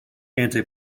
anti